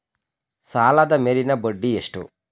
ಸಾಲದ ಮೇಲಿನ ಬಡ್ಡಿ ಎಷ್ಟು?